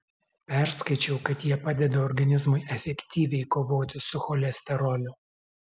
perskaičiau kad jie padeda organizmui efektyviai kovoti su cholesteroliu